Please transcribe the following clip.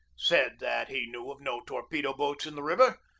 said that he knew of no torpedo-boats in the river,